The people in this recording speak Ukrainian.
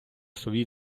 свої